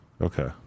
Okay